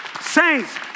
Saints